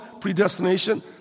predestination